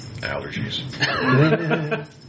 allergies